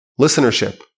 listenership